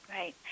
Right